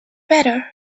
better